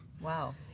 Wow